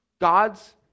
God's